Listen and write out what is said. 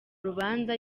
rubanza